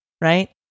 right